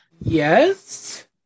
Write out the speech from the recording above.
Yes